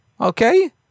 okay